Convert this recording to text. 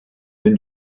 den